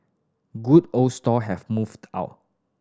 good old stall have moved out